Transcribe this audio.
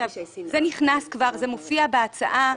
זה נכנס ומופיע בהצעה.